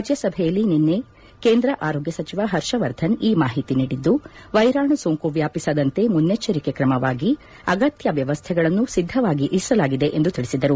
ರಾಜ್ಯಸಭೆಯಲ್ಲಿ ನಿನ್ನೆ ಕೇಂದ್ರ ಆರೋಗ್ಯ ಸಚಿವ ಹರ್ಷವರ್ಧನ್ ಈ ಮಾಹಿತಿ ನೀಡಿದ್ದು ವೈರಾಣು ಸೋಂಕು ವ್ಯಾಪಿಸದಂತೆ ಮುನ್ನೆಚ್ಚರಿಕೆ ಕ್ರಮವಾಗಿ ಅಗತ್ಯ ವ್ಯವಸ್ಥೆಗಳನ್ನು ಸಿದ್ದವಾಗಿ ಇರಿಸಲಾಗಿದೆ ಎಂದು ತಿಳಿಸಿದರು